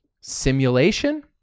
simulation